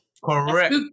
Correct